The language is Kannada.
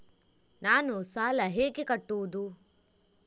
ನಾನು ಸಾಲ ಹೇಗೆ ಕಟ್ಟುವುದು?